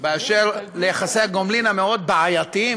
באשר ליחסי הגומלין המאוד-בעייתיים